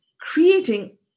creating